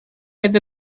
oedd